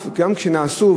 גם כשנעשו,